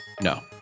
no